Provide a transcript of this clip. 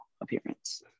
appearance